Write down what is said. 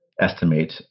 Estimate